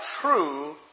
true